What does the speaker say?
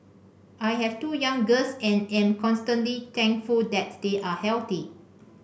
I have two young girls and am constantly thankful that they are healthy